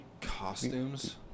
Costumes